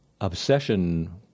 obsession